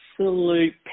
Absolute